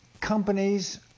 companies